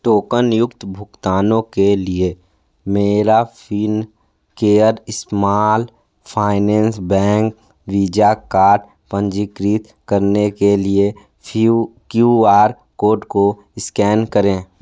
token युक्त भुगतानों के लिए मेरा Fincare small finance bank Visa card पंजीकृत करने के लिए फियू क्यू आर कोड को स्कैन करें